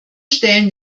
stellen